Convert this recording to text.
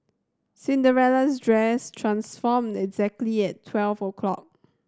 Cinderella's dress transformed exactly at twelve o'clock